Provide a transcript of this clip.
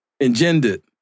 engendered